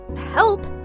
help